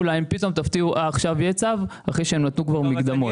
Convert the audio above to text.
ותפתיעו כי פתאום עכשיו יש צו אחרי שהם כבר נתנו מקדמות.